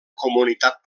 comunitat